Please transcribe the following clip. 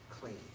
clean